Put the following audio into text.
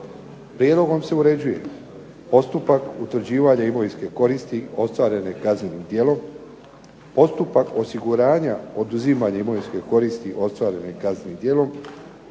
Prijedlogom se uređuje postupak utvrđivanja imovinske koristi ostvarene kaznenim djelom, postupak osiguranja oduzimanja imovinske koristi ostvarene kaznenim djelom,